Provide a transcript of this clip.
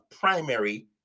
primary